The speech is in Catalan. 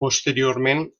posteriorment